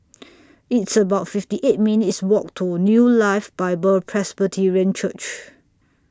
It's about fifty eight minutes' Walk to New Life Bible Presbyterian Church